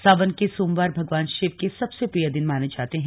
सावन के सोमवार भगवान शिव के सबसे प्रिय दिन माने जाते हैं